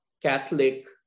Catholic